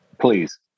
please